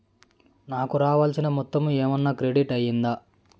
నాకు రావాల్సిన మొత్తము ఏమన్నా క్రెడిట్ అయ్యిందా